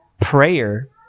prayer